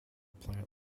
plant